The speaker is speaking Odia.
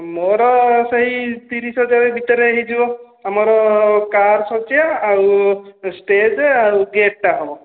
ମୋର ସେଇ ତିରିଶ ହଜାର ଭିତରେ ହେଇଯିବ ଆମର କାର୍ ସଜା ଆଉ ଷ୍ଟେଜ୍ ଆଉ ଗେଟ୍ଟା ହେବ